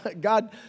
God